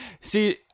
See